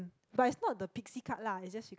but it's not the pixie cut lah is just she cut